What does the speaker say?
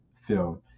film